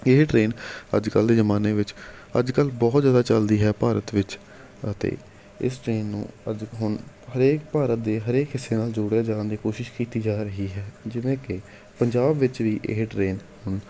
ਇਹ ਟਰੇਨ ਅੱਜ ਕੱਲ੍ਹ ਦੇ ਜਮਾਨੇ ਵਿੱਚ ਅੱਜ ਕੱਲ੍ਹ ਬਹੁਤ ਜ਼ਿਆਦਾ ਚੱਲਦੀ ਹੈ ਭਾਰਤ ਵਿੱਚ ਅਤੇ ਇਸ ਟਰੇਨ ਨੂੰ ਅੱਜ ਹੁਣ ਹਰੇਕ ਭਾਰਤ ਦੇ ਹਰੇਕ ਹਿੱਸੇ ਨਾਲ ਜੋੜਿਆ ਜਾਣ ਦੀ ਕੋਸ਼ਿਸ਼ ਕੀਤੀ ਜਾ ਰਹੀ ਹੈ ਜਿਵੇਂ ਕਿ ਪੰਜਾਬ ਵਿੱਚ ਵੀ ਇਹ ਟਰੇਨ ਹੁਣ